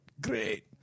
great